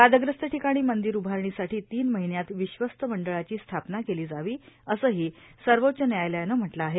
वादग्रस्त ठिकाणी मंदीर उभारणीसाठी तीन महिन्यांत विश्वस्त मंडळाची स्थापना केली जावी असंही सर्वोच्च न्यायालयानं म्हटलं आहे